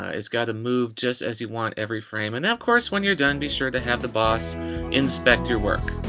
ah it's got to move just as you want every frame. and of course, when you're done, be sure to have the boss inspects your work.